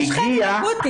הגיע --- שמעת על חדר אקוטי?